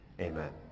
Amen